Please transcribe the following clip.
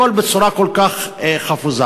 הכול בצורה כל כך חפוזה.